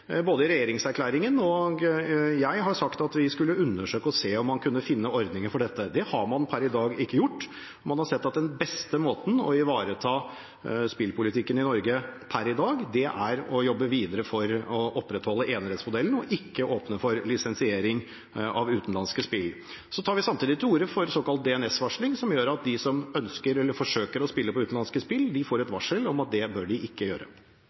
Både regjeringserklæringen og jeg har sagt at vi skulle undersøke og se om man kunne finne ordninger for dette. Det har man per i dag ikke gjort. Man har sett at den beste måten å ivareta spillpolitikken i Norge på per i dag er å jobbe videre for å opprettholde enerettsmodellen og ikke åpne for lisensiering av utenlandske spill. Så tar vi samtidig til orde for såkalt DNS-varsling, som gjør at de som ønsker eller forsøker å spille på utenlandske spill, får et varsel om at de ikke bør gjøre det. Jeg registrerer at representanten Løvaas ikke